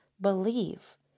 believe